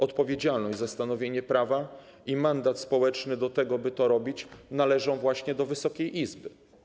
Odpowiedzialność za stanowienie prawa i mandat społeczny do tego, by to robić, należą właśnie do Wysokiej Izby.